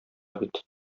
бит